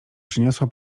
przyniosła